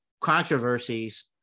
controversies